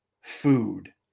food